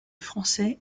français